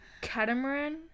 catamaran